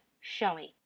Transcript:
showing